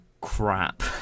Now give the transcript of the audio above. crap